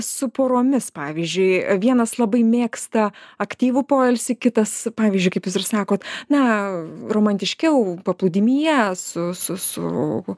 su poromis pavyzdžiui vienas labai mėgsta aktyvų poilsį kitas pavyzdžiui kaip jūs ir sakot na romantiškiau paplūdimyje su su su